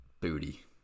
booty